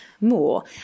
more